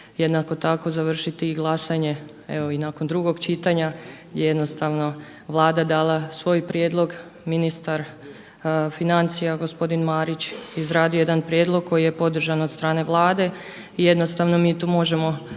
jednako tako završiti i glasanje evo i nakon drugog čitanja, gdje je jednostavno Vlada dala svoj prijedlog. Ministar financija gospodin Marić izradio je jedan prijedlog koji je podržan od strane Vlade i jednostavno mi tu možemo